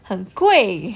很贵